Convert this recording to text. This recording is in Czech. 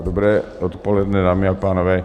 Dobré odpoledne, dámy a pánové.